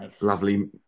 lovely